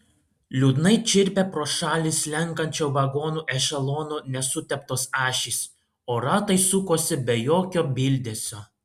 liūdnai čirpė pro šalį slenkančio vagonų ešelono nesuteptos ašys o ratai sukosi be jokio bildesio